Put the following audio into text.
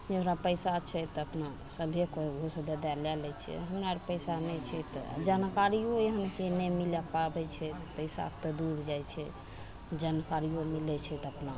जकरा पैसा छै तऽ अपना सभे कोइ घूस दए दए लए लै छै हमरा अरके पैसा नहि छै तऽ जानकारियो एहनके नहि मिल पाबय छै पैसाके तऽ दूर जाइ छै जानकारियो मिलय छै तऽ अपना